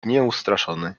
nieustraszony